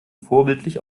vorbildlich